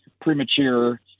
premature